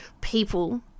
people